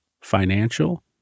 financial